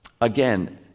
again